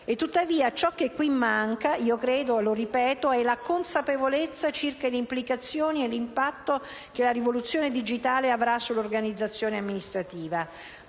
tuttavia, ciò che qui manca - lo ripeto - è la consapevolezza circa le implicazioni e l'impatto che la rivoluzione digitale avrà sull'organizzazione amministrativa.